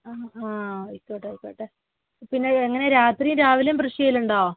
അഹ് ആ ആയിക്കോട്ടെ ആയിക്കോട്ടെ പിന്നെ എങ്ങനെയാണ് രാത്രിയും രാവിലെയും ബ്രെഷ് ചെയ്യാറുണ്ടോ